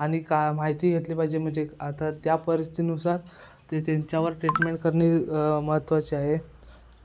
आणि का माहिती घेतली पाहिजे म्हणजे आता त्या परिस्थितीनुसार ते त्यांच्यावर ट्रिटमेंट करणे महत्त्वाचे आहे